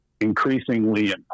increasingly